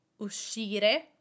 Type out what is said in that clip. uscire